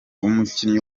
umukinnyi